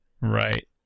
right